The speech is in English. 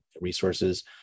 resources